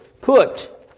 Put